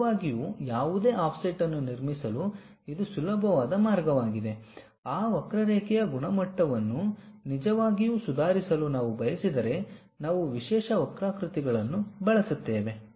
ನಿಜವಾಗಿಯೂ ಯಾವುದೇ ಆಫ್ಸೆಟ್ ಅನ್ನು ನಿರ್ಮಿಸಲು ಇದು ಸುಲಭವಾದ ಮಾರ್ಗವಾಗಿದೆ ಆ ವಕ್ರರೇಖೆಯ ಗುಣಮಟ್ಟವನ್ನು ನಿಜವಾಗಿಯೂ ಸುಧಾರಿಸಲು ನಾವು ಬಯಸಿದರೆ ನಾವು ವಿಶೇಷ ವಕ್ರಾಕೃತಿಗಳನ್ನು ಬಳಸುತ್ತೇವೆ